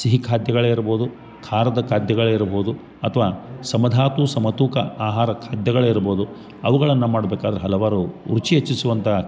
ಸಿಹಿ ಖಾದ್ಯಗಳೇ ಇರ್ಬೋದು ಖಾರದ ಖಾದ್ಯಗಳೇ ಇರ್ಬೋದು ಅಥ್ವವ ಸಮಧಾತು ಸಮತೂಕ ಆಹಾರ ಖಾದ್ಯಗಳೇ ಇರ್ಬೋದು ಅವುಗಳನ್ನ ಮಾಡ್ಬೇಕಾದ್ರೆ ಹಲವಾರು ರುಚಿ ಹೆಚ್ಚಿಸುವಂಥ